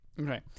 Okay